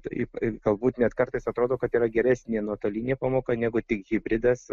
taip galbūt net kartais atrodo kad yra geresnė nuotolinė pamoka negu tik hibridas